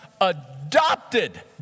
adopted